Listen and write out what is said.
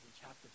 chapter